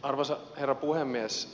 arvoisa herra puhemies